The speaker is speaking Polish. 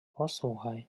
posłuchaj